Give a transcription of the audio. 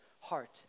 heart